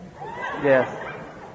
Yes